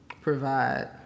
provide